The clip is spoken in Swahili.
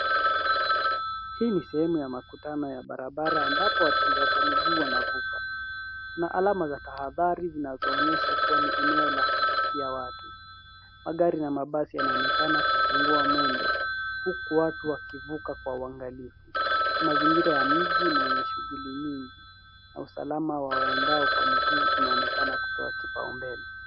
Hii ni sehemu ya makutano ya barabara ambapo watembea kwa miguu wanavuka. Kuna alama za tahadhari zinazoonyesha kuwa ni eneo la kuvukia watu. Magari na mabasi yanaonekana kupungua mwendo, huku watu wakivuka kwa uangalifu. Mazingira ya mji mwenye shughuli nyingi na usalama wa waendao kwa miguu unaonekana kupewa kipaumbele.